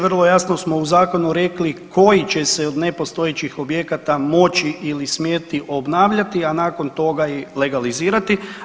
Vrlo jasno smo u zakonu rekli koji će se od nepostojećih objekata moći ili smjeti obnavljati, a nakon toga i legalizirati.